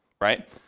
right